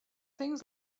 things